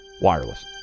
wireless